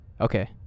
okay